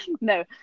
No